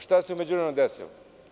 Šta se u međuvremenu desilo?